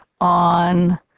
on